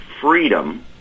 freedom